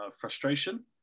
Frustration